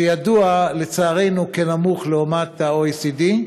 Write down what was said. שידוע לצערנו כנמוך לעומת ה-OECD?